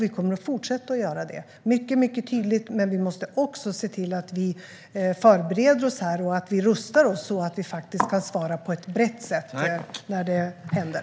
Vi kommer att fortsätta att göra detta mycket tydligt, men vi måste också förbereda och rusta oss så att vi kan svara på ett brett sätt när det händer.